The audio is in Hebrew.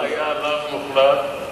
הדבר היה לאו מוחלט,